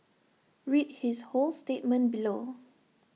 read his whole statement below